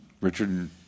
Richard